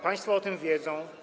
Państwo o tym wiedzą.